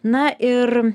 na ir